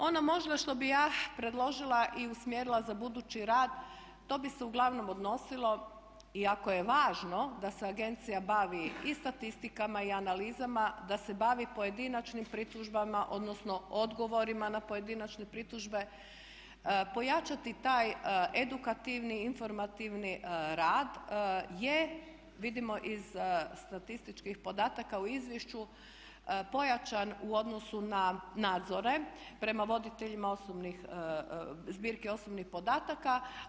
Ono možda što bih ja predložila i usmjerila za budući rad to bi se uglavnom odnosilo, iako je važno da se agencija bavi i statistikama i analizama, da se bavi pojedinačnim pritužbama, odnosno odgovorima na pojedinačne pritužbe, pojačati taj edukativni, informativni rad je vidimo iz statističkih podataka u izvješću pojačan u odnosu na nadzore prema voditeljima osobnih, zbirki osobnih podataka.